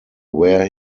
where